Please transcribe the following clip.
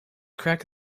crack